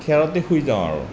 খেৰতে শুই যাওঁ আৰু